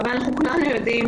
אבל כולנו יודעים